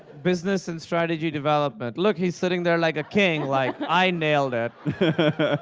business and strategy development. look, he's sitting there like a king like, i nailed it.